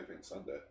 Sunday